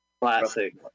classic